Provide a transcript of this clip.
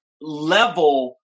level